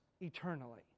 eternally